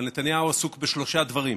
אבל נתניהו עסוק בשלושה דברים: